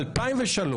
ב-2003,